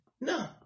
No